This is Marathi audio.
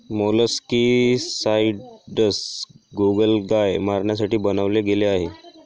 मोलस्कीसाइडस गोगलगाय मारण्यासाठी बनवले गेले आहे